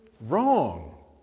wrong